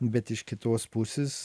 bet iš kitos pusės